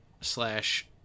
slash